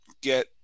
get